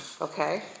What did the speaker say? Okay